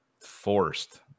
forced